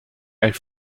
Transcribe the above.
elle